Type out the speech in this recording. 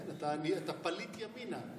כן, אתה פליט ימינה.